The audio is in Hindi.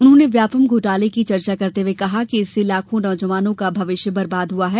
उन्होंने व्यापमं घोटाला की चर्चा करते हुए कहा कि इससे लाखों नौजवानों का भविष्य बर्बाद हुआ है